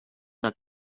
tak